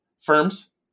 firms